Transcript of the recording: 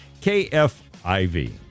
KFIV